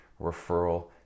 referral